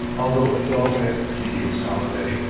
although a dull and tedious holiday,